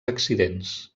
accidents